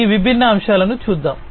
కాబట్టి ఈ విభిన్న అంశాలను చూద్దాం